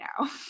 now